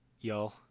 Y'all